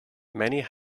many